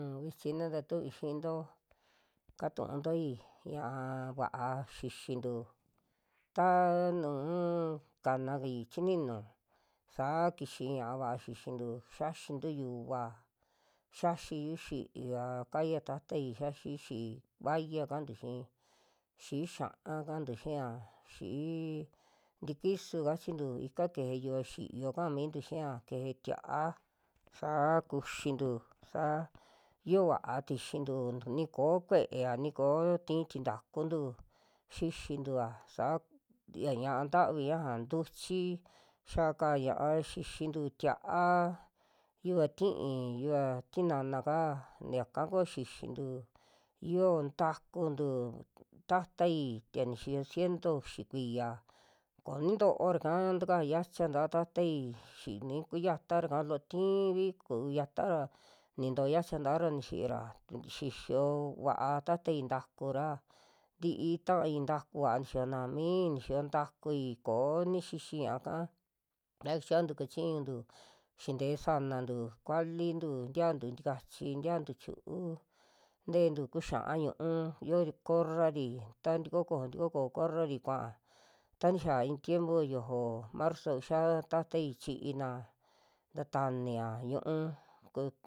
Un vichi naa tau'ui xinto, katu'unti ñaa vaa xixintu ta nu kanakai chininu, saa kixi ñaa va xixintu xiaxintu yuva, xiaxiyu xi'iva kaya tatai xiaxiu xí'i vaya ka'antu xii, xí'i xia'a kantu xian, xí'i tikisu kachintu, ika keje yuva xiyo ka'a mintu xi'ia, keje tia'a saa kuxintu sa yio va'a tixintu ni koo kue'ea, ni koo tii tintakuntu xixintua sa- k ña'a naa ntavi ñaja, ntuchi ya'aka ña'a xixintu tia'a, yuva ti'i, yuva tinana ka yaka kua xixintu iyoo ntakuntu tatai tie ciento uxi kuiya, konintoo rakaa ntika yacha ta'a tatai xini kuyatara'ka loo tiivi kuayatara ni ntojo yacha ta'ara nixiira ti- e nixiyo vaa tatai, ntakura ti'i ta'ai ntaku vaa nixiyona, mii nixiyo ntakui koo nixixi ña'aka ta xiantu kachiñuntu xinte'e sanantu kualintu tiantu ntikachi, tiantu chu'ú, tentu kuxia'a ñu'u yo corra'ri ta tuku kojo, tuku kojo corra'ri kuaa, ta nixia i'i tiempo yojo marzo xiaa tatai chiina nta tania ñu'u ku.